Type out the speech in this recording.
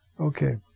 Okay